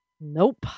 Nope